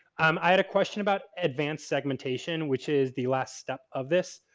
um i had a question about advanced segmentation, which is the last step of this.